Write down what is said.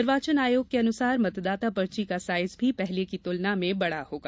निर्वाचन आयोग के अनुसार मतदाता पर्ची का साइज भी पहले की तुलना में बड़ा होगा